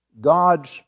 God's